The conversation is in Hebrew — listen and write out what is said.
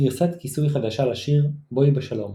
גרסת כיסוי חדשה לשיר "בוא בשלום",